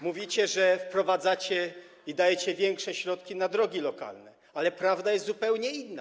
Mówicie, że wprowadzacie program i dajecie większe środki na drogi lokalne, ale prawda jest zupełnie inna.